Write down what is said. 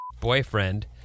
boyfriend